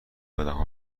آدمها